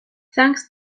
thanks